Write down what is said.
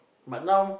but now